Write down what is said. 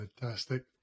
Fantastic